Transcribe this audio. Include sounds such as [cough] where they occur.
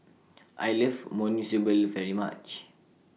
[noise] I like Monsunabe very much